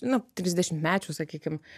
nu trisdešimtmečių sakykim